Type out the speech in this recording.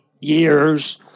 years